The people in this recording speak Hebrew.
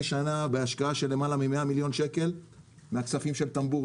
שנה בהשקעה של למעלה מ-100 מיליון שקל מהכספים של טמבור,